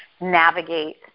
navigate